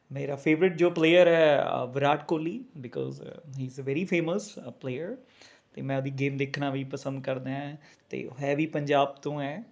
ਮੇਰਾ ਫੇਵਰੇਟ ਜੋ ਪਲੇਅਰ ਹੈ Virat Kohli because he is very famous player ਅਤੇ ਮੈਂ ਓਹਦੀ ਗੇਮ ਦੇਖਣਾ ਵੀ ਪਸੰਦ ਕਰਦਾ ਹੈ ਅਤੇ ਹੈ ਵੀ ਪੰਜਾਬ ਤੋਂ ਹੈ